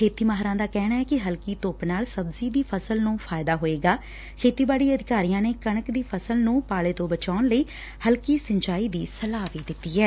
ਖੇਤੀ ਮਾਹਿਰਾਂ ਦਾ ਕਹਿਣੈ ਕਿ ਹਲਕੀ ਧੁੱਪ ਨਾਲ ਸਬਜ਼ੀ ਦੀ ਫਸਲ ਨੂੰ ਫਾਇਦਾ ਹੋਏਗਾ ਖੇਤੀਬਾੜੀ ਅਧਿਕਾਰੀਆਂ ਨੇ ਕਣਕ ਦੀ ਫਸਲ ਨੂੰ ਪਾਲੇ ਤੋਂ ਬਚਾਉਣ ਲਈ ਹਲਕੀ ਸਿੰਜਾਈ ਦੀ ਸਲਾਹ ਵੀ ਦਿੱਡੀ ਐ